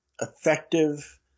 effective